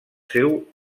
seu